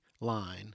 line